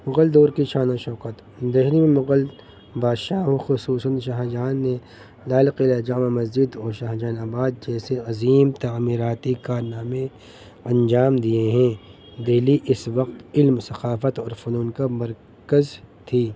مغل دور کی شان و شوکت دہلی میں مغل بادشاہؤوں خصوصاً شاہجہان نے لال قلعہ جامع مسجد اور شاہجہان آباد جیسے عظیم تعامیراتی کارنامے انجام دیے ہیں دہلی اس وقت علم ثقافت اور فنون کا مرکز تھی